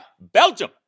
Belgium